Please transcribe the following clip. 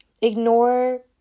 Ignore